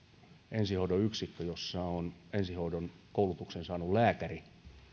ensihoidon yksikkö jossa on ensihoidon koulutuksen saanut lääkäri